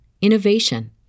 innovation